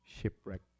shipwreck